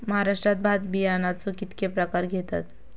महाराष्ट्रात भात बियाण्याचे कीतके प्रकार घेतत?